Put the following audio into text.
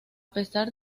pesar